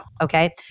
Okay